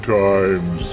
times